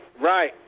Right